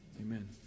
amen